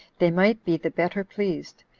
they might be the better pleased,